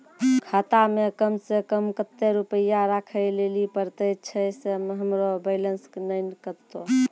खाता मे कम सें कम कत्ते रुपैया राखै लेली परतै, छै सें हमरो बैलेंस नैन कतो?